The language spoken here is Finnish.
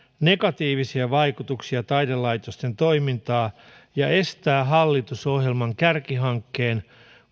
negatiivisia vaikutuksia taidelaitosten toimintaan ja estää hallitusohjelman kärkihankkeen